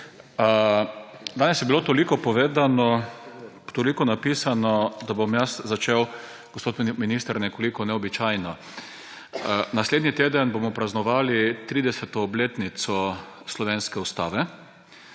povedano, toliko napisano, da bom jaz začel, gospod minister, nekoliko neobičajno. Naslednji teden bomo praznovali 30. obletnico slovenske ustave.